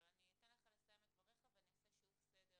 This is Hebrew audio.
אבל אני אתן לך לסיים את דבריך ואני אעשה שוב סדר